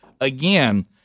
again